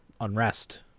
unrest